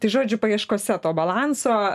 tai žodžiu paieškose to balanso